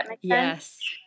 Yes